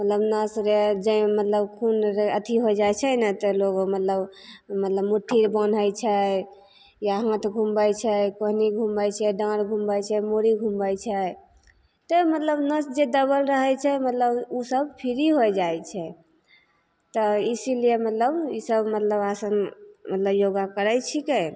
मतलब नस रे मतलब खून रे अथी हो जाइ छै ने तऽ लोक मतलब मतलब मुट्ठी बान्है छै या हाथ घुमबै छै कोहनी घुमबै छै डाँढ़ घुमबै छै मूड़ी घुमबै छै तऽ नस जे मतलब दबल रहै छै मतलब ओसब फ्री हो जाइ छै तऽ इसीलिए मतलब ईसब मतलब आसन मतलब योगा करै छिकै